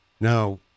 now